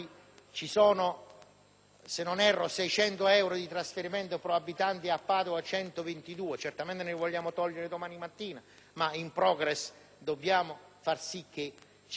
se non erro - 600 euro di trasferimento pro-abitante e a Padova 122. Certamente non li vogliamo togliere domani mattina, ma *in progress* dobbiamo far sì che ci sia